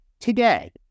Today